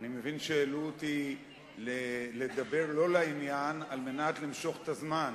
אני מבין שהעלו אותי לדבר לא לעניין על מנת למשוך את הזמן,